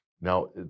Now